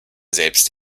selbst